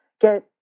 get